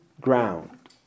ground